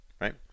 right